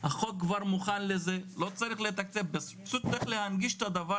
החוק כבר מוכן לזה לא צריך לתקצב פשוט צריך להנגיש את הדבר